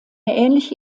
ähnliche